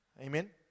Amen